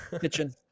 Kitchen